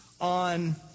on